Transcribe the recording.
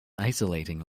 isolating